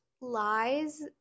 lies